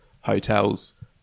hotels